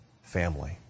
family